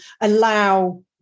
allow